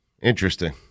Interesting